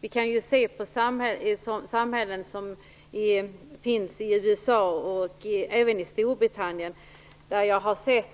Vi kan ju se hur det ser ut i USA och Storbritannien. Där har